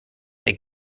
that